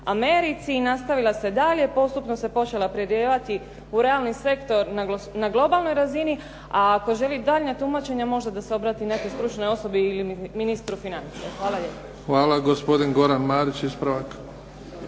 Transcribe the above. Americi i nastavila se dalje. Postupno se počela prelijevati u realni sektor na globalnoj razini. A ako želi daljnja tumačenja možda da se obrati nekoj stručnoj osobi ili ministru financija. Hvala lijepo. **Bebić, Luka (HDZ)** Hvala. Gospodin Goran Marić, ispravak.